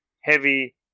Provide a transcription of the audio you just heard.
heavy